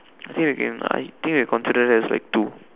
I think we can I think we're confident there's like two